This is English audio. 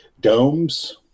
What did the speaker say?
domes